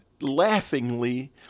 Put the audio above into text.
laughingly